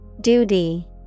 Duty